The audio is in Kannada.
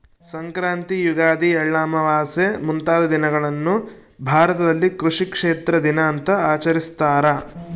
ಸಂಕ್ರಾಂತಿ ಯುಗಾದಿ ಎಳ್ಳಮಾವಾಸೆ ಮುಂತಾದ ದಿನಗಳನ್ನು ಭಾರತದಲ್ಲಿ ಕೃಷಿ ಕ್ಷೇತ್ರ ದಿನ ಅಂತ ಆಚರಿಸ್ತಾರ